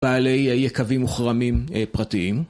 בעלי יקבים וכרמים פרטיים